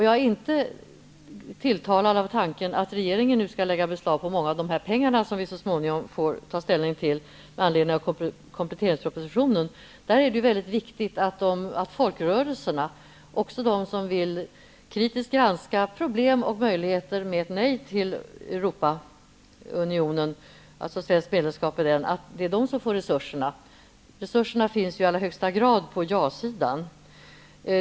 Jag är inte tilltalad av tanken att regeringen nu skall lägga beslag på mycket av de pengar som vi så småningom får ta ställning till med anledning av kompletteringspropositionen. Där är det väldigt viktigt att folkrörelserna, också de som vill kritiskt granska problem och möjligheter med medlemskap i Europaunionen, får resurser. Resurserna finns i allra högsta grad på ja-sidan.